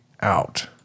out